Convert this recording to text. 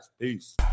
peace